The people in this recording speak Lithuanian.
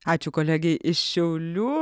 ačiū kolegei iš šiaulių